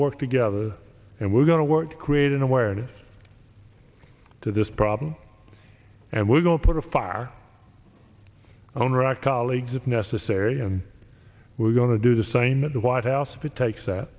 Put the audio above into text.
work together and we're going to work create an awareness to this problem and we're going to put a far i don't rack colleagues if necessary and we're going to do the same at the white house if it takes that